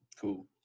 Cool